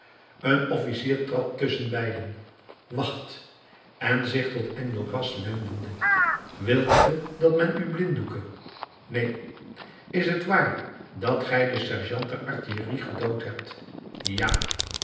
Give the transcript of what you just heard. een officier trad tusschenbeiden wacht en zich tot enjolras wendende wilt ge dat men u blinddoeke neen is t waar dat gij den sergeant der artillerie gedood hebt ja